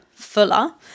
fuller